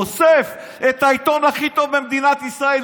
אוסף את העיתון הכי טוב במדינת ישראל,